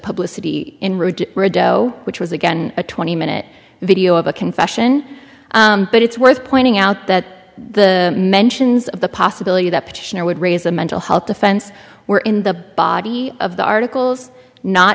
publicity rideau which was again a twenty minute video of a confession but it's worth pointing out that the mentions of the possibility that petitioner would raise a mental health defense were in the body of the articles not